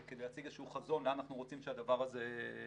כדי להציג איזה שהוא חזון לאן אנחנו רוצים שהדבר הזה יילך.